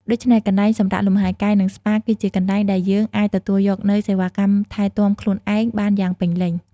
ដូច្នេះ កន្លែងសម្រាកលំហែកាយ និងស្ប៉ា គឺជាកន្លែងដែលយើងអាចទទួលយកនូវសេវាកម្មថែទាំខ្លួនឯងបានយ៉ាងពេញលេញ។